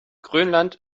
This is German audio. grönland